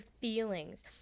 feelings